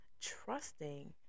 trusting